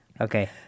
Okay